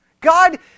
God